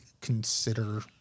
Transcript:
consider